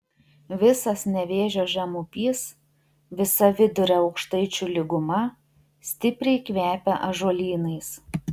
visas nevėžio žemupys visa vidurio aukštaičių lyguma stipriai kvepia ąžuolynais